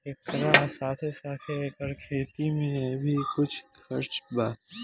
एकरा साथे साथे एकर खेती में भी कम खर्चा बा